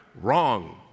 Wrong